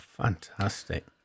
fantastic